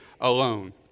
alone